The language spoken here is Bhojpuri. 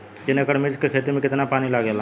तीन एकड़ मिर्च की खेती में कितना पानी लागेला?